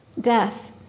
death